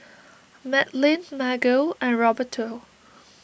Madlyn Margo and Roberto